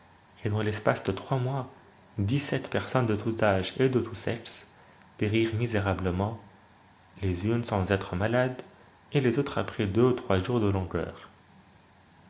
et dans l'espace de trois mois dix-sept personnes de tout âge et de tout sexe périrent misérablement les unes sans être malades et les autres après deux ou trois jours de langueur